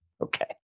okay